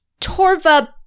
Torva